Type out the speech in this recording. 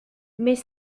mais